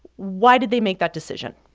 why did they make that decision?